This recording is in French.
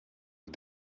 aux